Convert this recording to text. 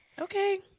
Okay